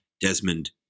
Desmond